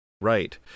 Right